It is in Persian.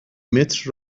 متر